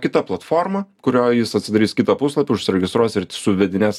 kita platforma kurioj jis atsidarys kitą puslapį užsiregistruos ir suvedinės